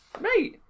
Mate